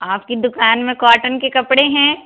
आपकी दुकान में कॉटन के कपड़े हैं